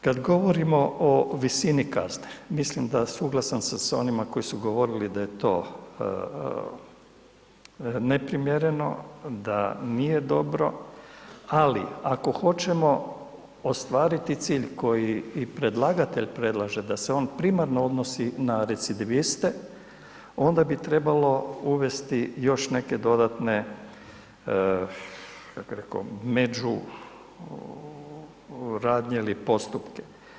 Kad govorimo o visini kazne, mislim da suglasan sam sa onima koji su govorili da je to neprimjereno, da nije dobro ali ako hoćemo ostvariti cilj koji i predlagatelj predlaže da se on primarno odnosi na recidiviste onda bi trebalo uvesti još neke dodatne, kako bih rekao među radnje ili postupke.